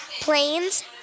planes